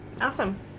Awesome